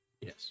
Yes